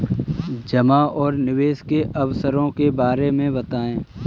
जमा और निवेश के अवसरों के बारे में बताएँ?